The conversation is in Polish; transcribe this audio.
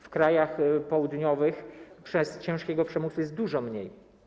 W krajach południowych ciężkiego przemysłu jest dużo mniej.